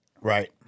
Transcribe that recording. Right